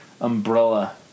umbrella